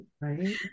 Right